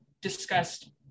discussed